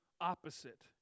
opposite